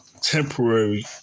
temporary